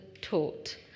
taught